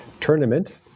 tournament